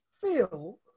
feel